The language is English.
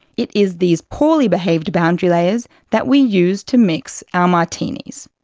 it is these poorly behaved boundary layers that we use to mix our martinis.